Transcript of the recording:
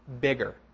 bigger